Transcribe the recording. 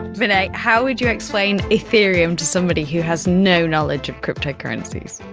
vinay, how would you explain ethereum to somebody who has no knowledge of cryptocurrencies?